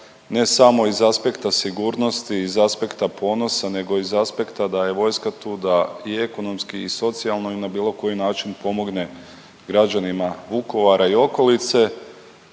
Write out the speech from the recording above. ne samo iz aspekta sigurnosti, iz aspekta ponosa nego iz aspekta da je vojska tu da i ekonomski i socijalno i na bilo koji način pomogne građanima Vukovara i okolice.